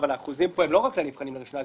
אבל האחוזים פה הם לא רק לנבחנים לראשונה,